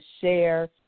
share